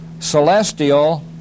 celestial